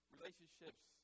Relationships